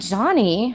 Johnny